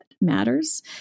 matters